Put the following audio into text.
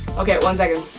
okay, one second.